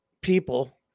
people